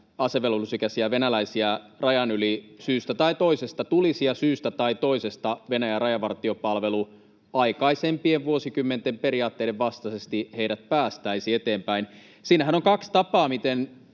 asevelvollisuusikäisiä venäläisiä rajan yli syystä tai toisesta tulisi ja syystä tai toisesta Venäjän rajavartiopalvelu aikaisempien vuosikymmenten periaatteiden vastaisesti heidät päästäisi eteenpäin. Siinähän on kaksi tapaa, miten